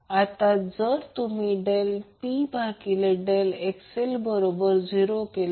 आता जर तुम्ही Del P भागिले Del XL बरोबर 0 केले